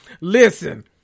Listen